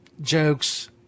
jokes